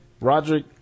Roderick